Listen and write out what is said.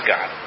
God